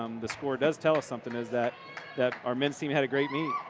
um the score does tell us something is that that our men's team had a great meet.